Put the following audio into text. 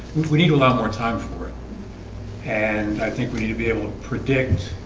we need a lot more time for it and i think we need to be able to predict